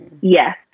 Yes